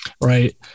right